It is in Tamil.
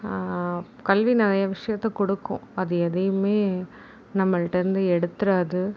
கல்வி நிறைய விஷயத்த கொடுக்கும் அது எதையுமே நம்மள்கிட்டருந்து எடுத்துறாது